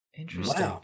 Interesting